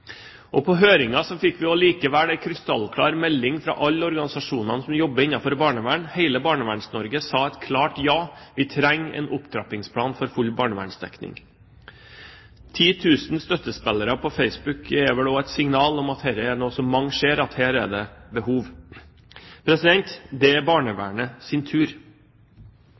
På høringen fikk vi også en krystallklar melding fra alle organisasjonene som jobber innenfor barnevern: Hele Barneverns-Norge sa et klart ja, vi trenger en opptrappingsplan for full barnevernsdekning. 10 000 støttespillere på Facebook er vel også et signal om at dette er noe som mange ser at det er behov for. Det er barnevernets tur. Det er riktig at antall saker i barnevernet